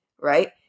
right